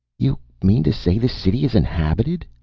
you mean to say this city is inhabited?